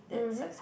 mmhmm